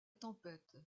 tempête